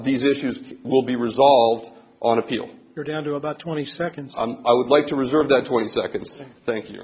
these issues will be resolved on appeal you're down to about twenty seconds and i would like to reserve that twenty seconds to thank you